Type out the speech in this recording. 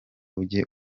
ujye